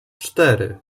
cztery